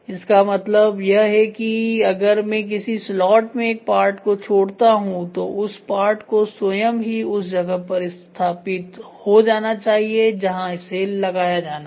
इसका मतलब यह है कि अगर मैं किसी स्लॉट में एक पार्ट को छोड़ता हूं तो उस पार्ट को स्वयं ही उसी जगह पर स्थापित हो जाना चाहिए जहां इसे लगाया जाना है